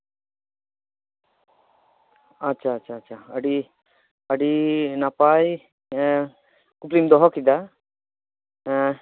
ᱟᱪᱪᱷᱟ ᱟᱪᱪᱷᱟ ᱟᱪᱪᱷᱟ ᱟᱹᱰᱤ ᱱᱟᱯᱟᱭ ᱠᱩᱠᱞᱤᱢ ᱫᱚᱦᱚᱠᱮᱫᱟ